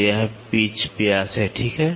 तो यह पिच व्यास है ठीक है